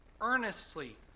earnestly